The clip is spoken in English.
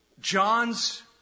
John's